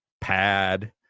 pad